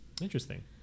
Interesting